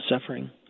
suffering